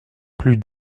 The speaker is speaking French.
plus